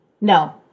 No